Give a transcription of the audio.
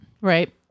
right